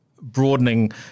broadening